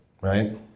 right